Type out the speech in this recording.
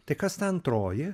tai kas ta antroji